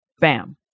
Bam